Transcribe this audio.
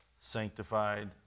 sanctified